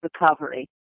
recovery